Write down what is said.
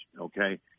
okay